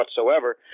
whatsoever